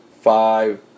five